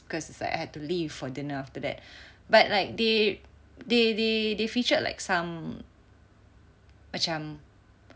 because it's like I had to leave for dinner after that but like they they they they featured like some macam